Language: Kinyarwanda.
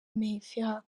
mehfira